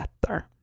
better